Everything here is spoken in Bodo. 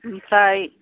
ओमफ्राय